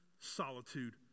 solitude